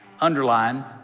underline